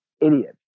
idiot